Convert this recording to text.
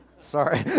Sorry